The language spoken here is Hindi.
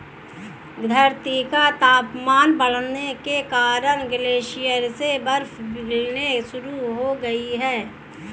धरती का तापमान बढ़ने के कारण ग्लेशियर से बर्फ पिघलना शुरू हो गयी है